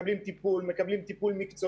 מקבלים טיפול מקצועי,